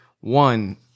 one